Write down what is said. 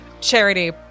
Charity